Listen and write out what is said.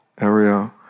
area